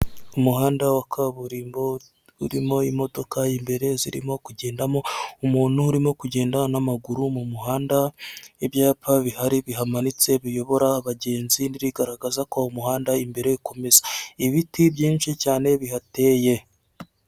Umuhanda wa kaburimbo urimo imodoka imbere zirimo kugendamo, umuntu urimo kugenda n'amaguru mu muhanda, ibyapa bihari bimanitse biyobora abagenzi bigaragaza ko umuhanda imbere ukomeza, ibiti byinshi cyane bihateye.